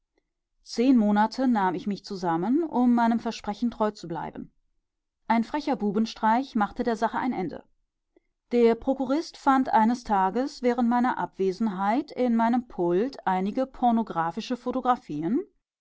zehn monate nahm ich mich zusammen um meinem versprechen treu zu bleiben ein frecher bubenstreich machte der sache ein ende der prokurist fand eines tages während meiner abwesenheit in meinem pult einige pornographische